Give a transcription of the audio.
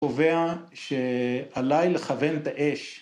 ‫קובע שעליי לכוון את האש.